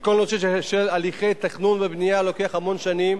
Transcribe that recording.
שכל עוד הליכי התכנון והבנייה לוקחים המון שנים,